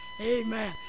amen